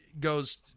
goes